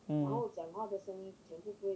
mm